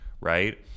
right